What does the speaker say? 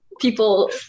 people